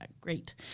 great